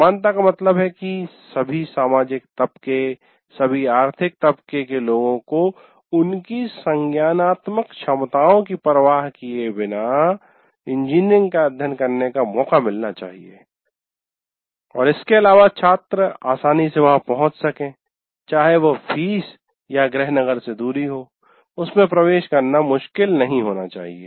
समानता का मतलब है कि सभी सामाजिक तबके सभी आर्थिक तबके के लोगों को उनकी संज्ञानात्मक क्षमताओं की परवाह किए बिना इंजीनियरिंग का अध्ययन करने का मौका मिलना चाहिए और इसके अलावा छात्र आसानी से वहा पहुच सके चाहे वह फीस या गृह नगर से दूरी हो उसमें प्रवेश करना बहुत मुश्किल नहीं होना चाहिए